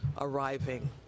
arriving